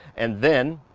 and then